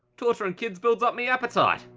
torturin' kids builds up me appetite.